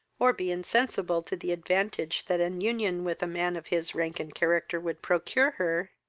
or be insensible to the advantages that an union with a man of his rank and character would procure her,